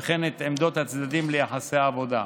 וכן את עמדות הצדדים ליחסי העבודה.